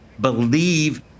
believe